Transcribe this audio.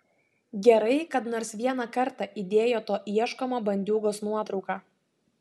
gerai kad nors vieną kartą įdėjo to ieškomo bandiūgos nuotrauką